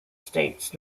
states